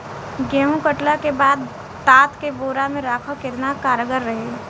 गेंहू कटला के बाद तात के बोरा मे राखल केतना कारगर रही?